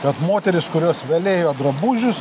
kad moterys kurios velėjo drabužius